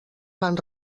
van